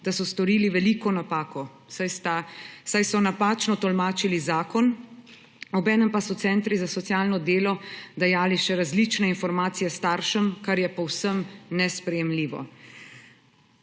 delo storili veliko napako, saj so napačno tolmačili zakon, obenem pa so centri za socialno delo dajali še različne informacije staršem, kar je povsem nesprejemljivo.